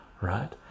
right